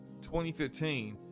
2015